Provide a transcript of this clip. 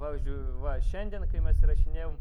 pavyzdžiui va šiandien kai mes įrašinėjom